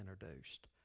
introduced